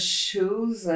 shoes